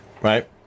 Right